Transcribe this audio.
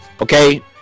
Okay